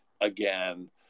again